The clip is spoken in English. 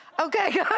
Okay